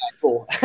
Cool